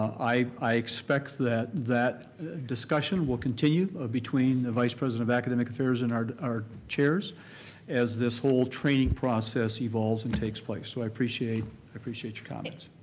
i i expect that that discussion will continue ah between the vice president of academic affairs and our our chairs as this whole training process evolves and takes place. so i appreciate appreciate your comments.